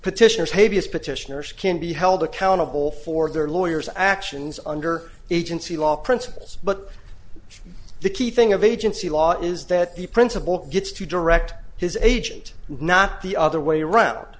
petitioners maybe as petitioners can be held accountable for their lawyers actions under agency law principles but the key thing of agency law is that the principal gets to direct his agent not the other way around